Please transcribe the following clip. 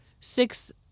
six